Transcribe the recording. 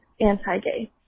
anti-gay